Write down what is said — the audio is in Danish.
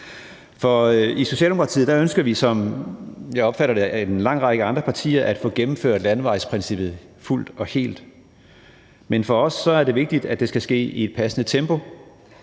opfatter at en lang række andre partier gør, at få gennemført landevejsprincippet fuldt og helt, men for os er det vigtigt, at det skal ske i et passende tempo